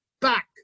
back